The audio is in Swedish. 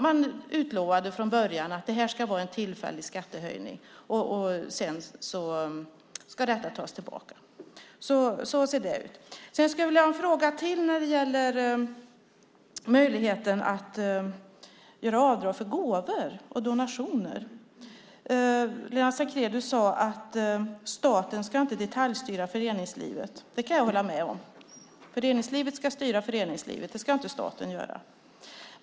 Man utlovade från början att det skulle vara en tillfällig skattehöjning. Sedan skulle den tas tillbaka. Så ser det ut. Jag skulle vilja ställa en fråga till som gäller möjligheten att göra avdrag för gåvor och donationer. Lennart Sacrédeus sade att staten inte ska detaljstyra föreningslivet. Det kan jag hålla med om. Föreningslivet ska styra föreningslivet. Det ska inte staten göra.